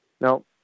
Now